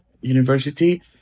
University